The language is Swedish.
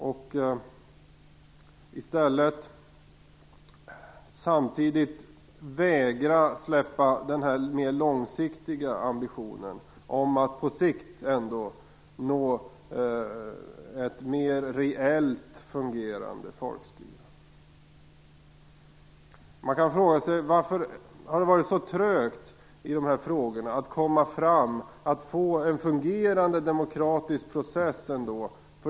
Men man skall samtidigt vägra släppa den mer långsiktiga ambitionen om att på sikt ändå uppnå ett mer reellt fungerande folkstyre. Man kan fråga sig varför det har varit så trögt att komma fram till en fungerande demokratisk process.